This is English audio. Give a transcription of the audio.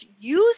use